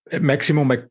Maximum